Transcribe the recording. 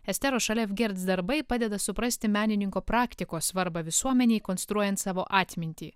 esteros šalevgerc darbai padeda suprasti menininko praktikos svarbą visuomenei konstruojant savo atmintį